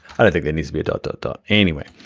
i don't think there needs to be a dot, dot, dot. anyway,